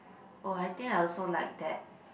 oh I think I also like that